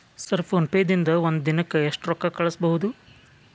Sir PhonePe ದಿಂದ ಒಂದು ದಿನಕ್ಕೆ ಎಷ್ಟು ರೊಕ್ಕಾ ಕಳಿಸಬಹುದು?